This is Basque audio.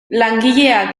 langileak